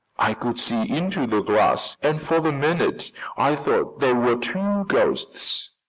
i could see into the glass and for the minute i thought there were two ghosts.